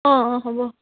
অঁ অঁ হ'ব